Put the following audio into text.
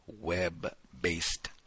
web-based